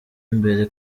imbere